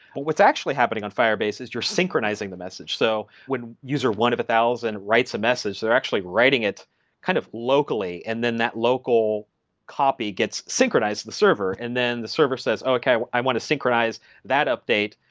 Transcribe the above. but what's actually happening on firebase is you're synchronizing the message. so when user one of the thousand writes a message, they're actually writing it kind of locally and then that local copy gets synchronized to the server and then the server says, okay. i want to synchronize that update,